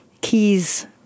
keys